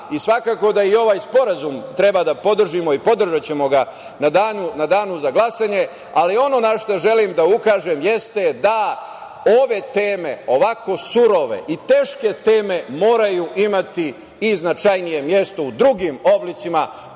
i svakako da i ovaj sporazum treba da podržimo i podržaćemo ga u danu za glasanje. Ali, ono na šta želim da ukažem jeste da ove teme, ovako surove i teške teme moraju imati i značajnije mesto u drugim oblicima